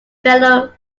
fellow